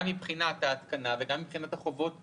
גם מבחינת ההתקנה וגם מבחינת החובות